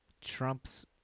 Trump's